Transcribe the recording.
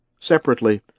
Separately